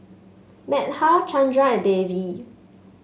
Medha Chandra and Devi